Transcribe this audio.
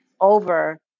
over